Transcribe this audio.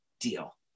deal